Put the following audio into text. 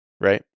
right